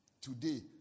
Today